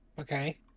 Okay